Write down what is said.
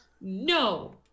no